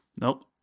Nope